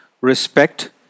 respect